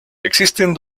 existen